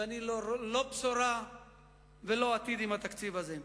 ואני לא רואה לא בשורה ולא עתיד עם התקציב הזה.